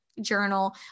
journal